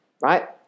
right